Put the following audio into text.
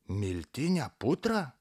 miltinę putrą